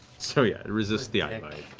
so yeah, it resists the eyebite.